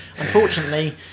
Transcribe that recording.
Unfortunately